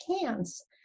hands